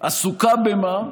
עסוקות במה?